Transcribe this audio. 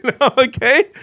Okay